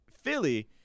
Philly